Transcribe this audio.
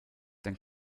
dann